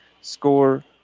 score